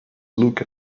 look